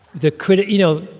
the critic you know,